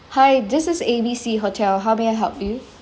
hi this is A B C hotel how may I help you